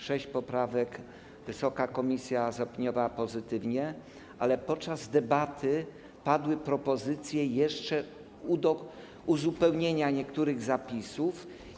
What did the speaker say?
Sześć poprawek wysoka komisja zaopiniowała pozytywnie, ale podczas debaty padły jeszcze propozycje uzupełnienia niektórych zapisów.